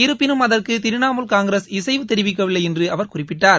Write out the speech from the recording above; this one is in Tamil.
இருப்பினும் அதற்கு திரிணமூல் காங்கிரஸ் இசைவு தெரிவிக்கவில்லை என்று அவர் குறிப்பிட்டார்